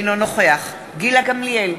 אינו נוכח גילה גמליאל,